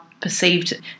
perceived